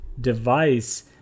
device